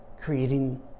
creating